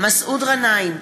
מסעוד גנאים,